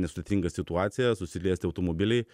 nesudėtinga situacija susiliesti automobiliai